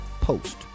post